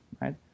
right